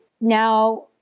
now